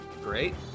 great